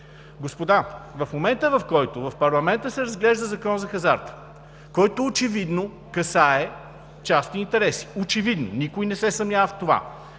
Господа, в момента, в който в парламента се разглежда Законът за хазарта, който очевидно касае частни интереси – очевидно никой не се съмнява в това,